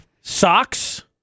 socks